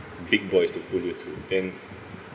big boys to pull you through and